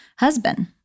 husband